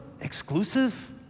exclusive